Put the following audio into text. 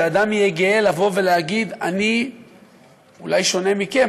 שאדם יהיה גאה להגיד: אני אולי שונה מכם,